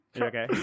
okay